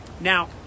Now